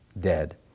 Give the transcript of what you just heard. dead